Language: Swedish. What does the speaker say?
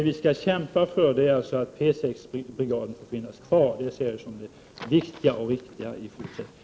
Vi skall kämpa för att P 6-brigaden får finnas kvar. Det ser jag som det viktiga och riktiga i fortsättningen.